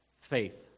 Faith